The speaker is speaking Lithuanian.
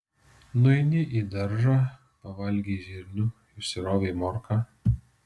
nueini į daržą pavalgei žirnių išsirovei morką